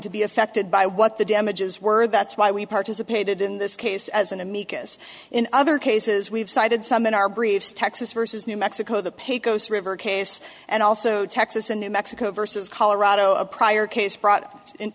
to be affected by what the damages were that's why we participated in this case as an amicus in other cases we've cited some in our briefs texas versus new mexico the pay goes river case and also texas and new mexico versus colorado a prior case brought in